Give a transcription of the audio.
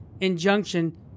injunction